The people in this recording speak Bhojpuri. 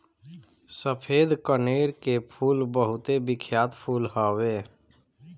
सफ़ेद कनेर के फूल बहुते बिख्यात फूल हवे